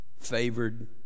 favored